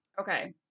Okay